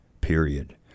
period